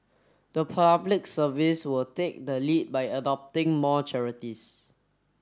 the Public Service will take the lead by adopting more charities